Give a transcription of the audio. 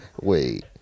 Wait